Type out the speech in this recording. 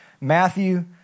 Matthew